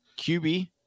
QB